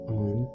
on